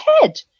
head